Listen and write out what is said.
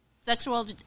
Sexual